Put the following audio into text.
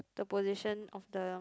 the position of the